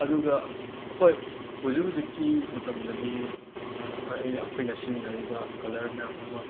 ꯑꯗꯨꯒ ꯍꯣꯏ ꯍꯨꯖꯤ ꯍꯨꯖꯤꯛꯀꯤ ꯃꯇꯝꯗꯗꯤ ꯑꯩꯅ ꯑꯩꯈꯣꯏꯅ ꯁꯤꯖꯤꯅꯔꯤꯕ ꯀꯂꯔ ꯃꯌꯥꯝ ꯑꯃ